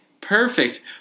Perfect